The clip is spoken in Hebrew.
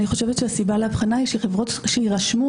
אני חושבת שהסיבה להבחנה היא שחברות שיירשמו